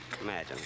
Imagine